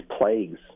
plagues